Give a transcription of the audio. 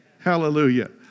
Hallelujah